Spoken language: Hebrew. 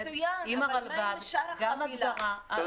עם הרלב"ד - גם הסברה.